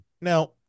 Now